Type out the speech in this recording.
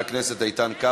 רגע, יש עוד את איתן.